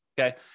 okay